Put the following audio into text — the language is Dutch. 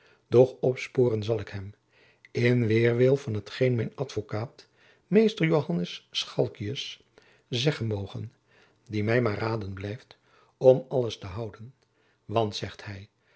doch opspooren zal ik hem in weerwil van t geen mijn advokaat mr joannis schalckius zeggen moge die mij maar raden blijft om alles te houden want zegt hij